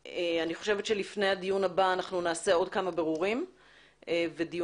לפני הדיון הבא נעשה עוד כמה בירורים ודיונים